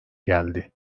geldi